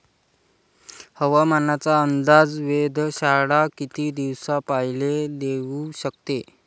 हवामानाचा अंदाज वेधशाळा किती दिवसा पयले देऊ शकते?